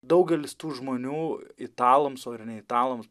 daugelis tų žmonių italams o ir ne italams